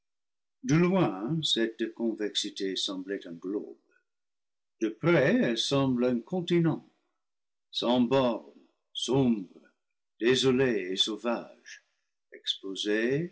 de loin cette convexité semblait un globe de près elle semble un continent sans bornes sombre désolé et sauvage exposé